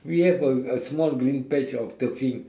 we have a a small green patch of turf field